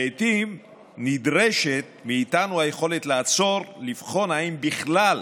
לעיתים נדרשת מאיתנו היכולת לעצור ולבחון אם בכלל